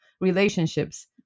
relationships